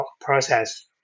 process